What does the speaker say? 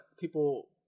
people